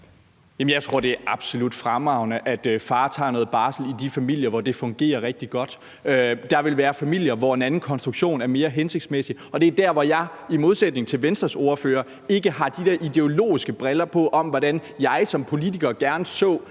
jeg tror, det er absolut fremragende, at faren tager noget barsel i de familier, hvor det fungerer rigtig godt. Der vil være familier, hvor en anden konstruktion er mere hensigtsmæssig, og det er der, hvor jeg i modsætning til Venstres ordfører ikke har de der ideologiske briller på, med hensyn til hvordan jeg som politiker gerne så